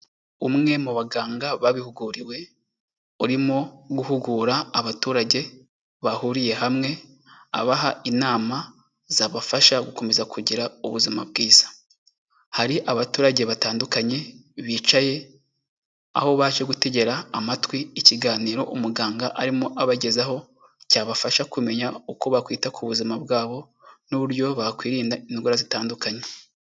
Umwe mu baganga babihuguriwe, urimo guhugura abaturage bahuriye hamwe, abaha inama zabafasha gukomeza kugira ubuzima bwiza. Hari abaturage batandukanye bicaye, aho baje gutegera amatwi ikiganiro umuganga arimo abagezaho, cyabafasha kumenya uko bakwita ku buzima bwabo n'uburyo bakwirinda indwara zitandukanye.